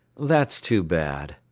that's too bad,